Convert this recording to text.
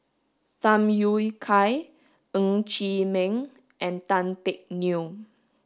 Tham Yui Kai Ng Chee Meng and Tan Teck Neo